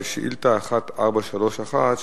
שאילתא מס' 1431,